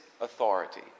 authority